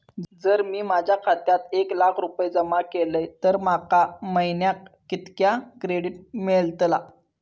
जर मी माझ्या खात्यात एक लाख रुपये जमा केलय तर माका महिन्याक कितक्या क्रेडिट मेलतला?